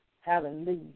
Hallelujah